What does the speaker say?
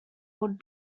would